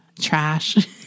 trash